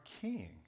king